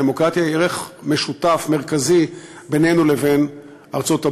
הדמוקרטיה היא ערך משותף מרכזי לנו ולארצות-הברית.